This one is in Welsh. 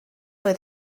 oedd